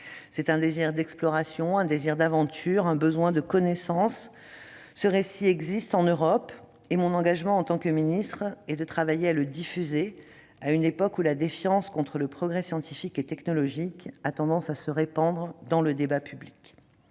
C'est un désir d'exploration et d'aventure, c'est un besoin de connaissance. Ce récit existe en Europe, et mon engagement en tant que ministre, c'est de travailler à le diffuser à une époque où la défiance envers le progrès scientifique et technologique se répand dans le débat public.